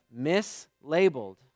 mislabeled